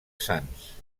sans